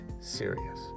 serious